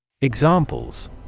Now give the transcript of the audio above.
Examples